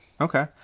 okay